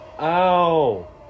Ow